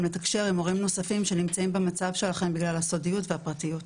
לתקשר עם הורים נוספים שנמצאים במצב שלכם בגלל הסודיות והפרטיות.